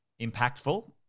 impactful